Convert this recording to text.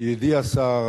ידידי השר